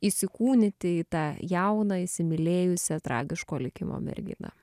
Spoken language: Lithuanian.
įsikūnyti į tą jauną įsimylėjusią tragiško likimo merginą